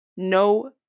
No